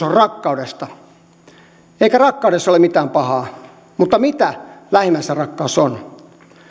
on rakkaudesta eikä rakkaudessa ole mitään pahaa mutta mitä lähimmäisenrakkaus on